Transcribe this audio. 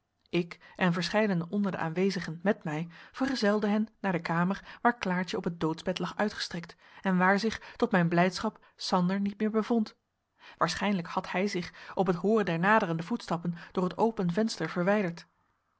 ik en verscheidene onder de aanwezigen met mij vergezelden hen naar de kamer waar klaartje op het doodsbed lag uitgestrekt en waar zich tot mijn blijdschap sander niet meer bevond waarschijnlijk had hij zich op het hooren der naderende voetstappen door het open venster verwijderd